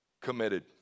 committed